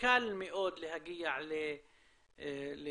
קל מאוד להגיע לפתרון,